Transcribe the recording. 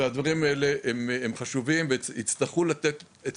הדברים האלה הם חשובים ויצטרכו לתת את